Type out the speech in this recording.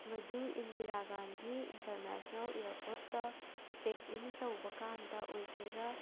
ꯃꯗꯨ ꯏꯟꯗꯤꯔꯥ ꯒꯥꯟꯙꯤ ꯏꯟꯇꯔꯅꯦꯁꯅꯦꯜ ꯏꯌꯥꯔꯄꯣꯔꯠꯇ check in ꯇꯧꯕ ꯀꯥꯟꯗ ꯑꯣꯏꯗꯣꯏꯔꯥ